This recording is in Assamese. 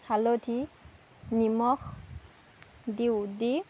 হালধি নিমখ দিওঁ দি